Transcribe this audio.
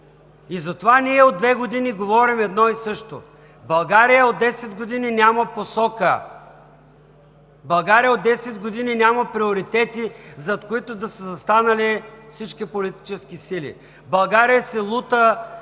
И затова ние от две години говорим едно и също: България от 10 години няма посока! България от 10 години няма приоритети, зад които да са застанали всички политически сили! България се лута